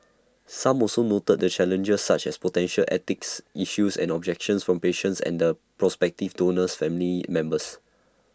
some also noted the challenges such as potential ethics issues and objections from patients and the prospective donor's family members